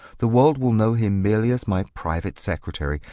the world will know him merely as my private secretary,